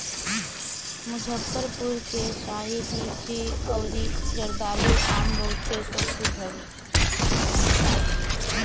मुजफ्फरपुर के शाही लीची अउरी जर्दालू आम बहुते प्रसिद्ध हवे